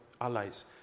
allies